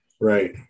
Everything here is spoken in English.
Right